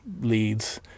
leads